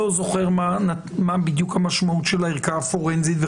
זוכר מה בדיוק המשמעות של הערכה הפורנזית.